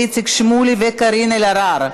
איציק שמולי וקארין אלהרר.